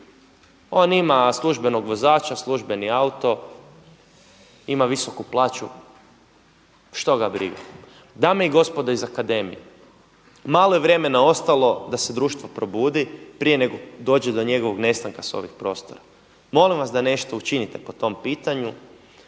On ima službenog vozača, službeni auto, ima visoku plaću, što ga briga. Dame i gospodo iz akademije malo je vremena ostalo da se društvo probudi nego dođe do njegovog nestanka sa ovih prostora. Molim vas da nešto učinite po tom pitanju